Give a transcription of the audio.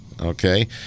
okay